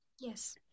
Yes